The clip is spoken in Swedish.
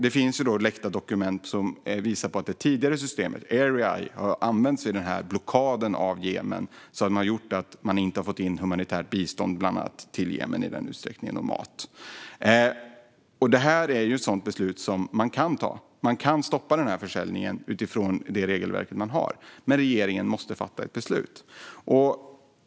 Det finns läckta dokument som visar att det tidigare systemet Erieye har använts i blockaden av Jemen och gjort att man inte har fått in bland annat humanitärt bistånd och mat till Jemen i den utsträckning som skulle behövts. Försäljningen kan stoppas utifrån det regelverk som finns, men regeringen måste fatta ett beslut.